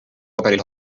paberil